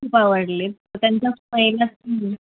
खूप आवडले त्यांचा पहिलाच मुव्ही